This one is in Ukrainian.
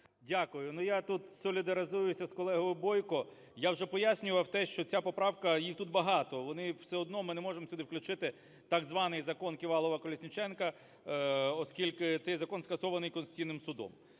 Дякую. Ну, я тут солідаризуюся з колегою Бойко, я вже пояснював те, що ця поправка, їх тут багато, все одно ми не можемо сюди включити так званий "ЗаконКівалова-Колесніченка", оскільки цей закон скасований Конституційним Судом.